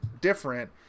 different